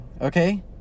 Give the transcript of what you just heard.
okay